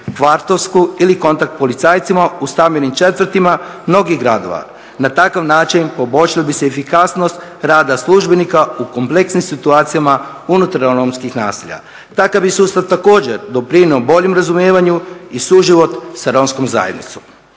kvartovsku ili kontakt policajcima u stambenim četvrtima mnogih gradova. Na takav način poboljšala bi se efikasnost rada službenika u kompleksnim situacijama unutar romskih naselja. Takav je sustav također doprinio boljem razumijevanju i suživot sa romskom zajednicom.